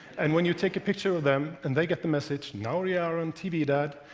and when you take a picture of them, and they get the message, now we are on tv, dad,